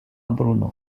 brno